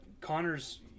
Connor's